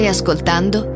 ascoltando